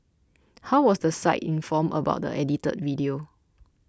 how was the site informed about the edited video